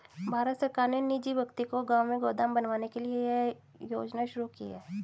भारत सरकार ने निजी व्यक्ति को गांव में गोदाम बनवाने के लिए यह योजना शुरू की है